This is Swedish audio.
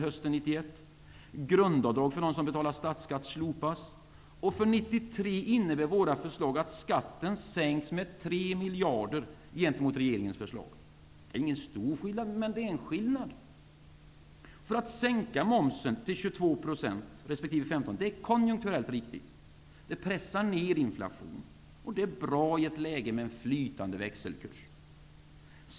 För 1993 innebär våra förslag att skatten sänks med 3 miljarder gentemot regeringens förslag. Det är ingen stor skillnad, men det är ändå en skillnad. Att sänka momsen till 22 % resp. 15 % är konjunkturellt riktigt. Inflationen pressas därmed ner, och det är bra i ett läge där vi har en flytande växelkurs.